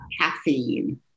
caffeine